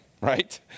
right